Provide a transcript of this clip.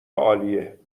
عالیه